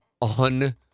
on